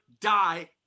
die